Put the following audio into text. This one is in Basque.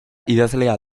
idazlea